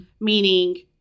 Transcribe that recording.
Meaning